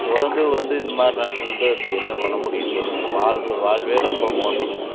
தொடர்ந்து வந்து இந்த மாதிரி நடந்துகிட்டு இருந்தால் இப்போ என்ன பண்ணமுடியும் சொல்லுங்க நம்ம வாழ்கிற வாழ்வே ரொம்ப மோசமாக போயிடும்